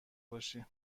باشی